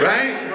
Right